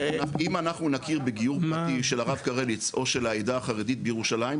אם אנחנו נכיר בגיור פרטי של הרב קרליץ או של העדה החרדית בירושלים,